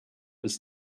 was